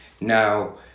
Now